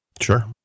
Sure